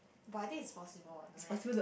but I think is possible ah no meh